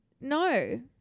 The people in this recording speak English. No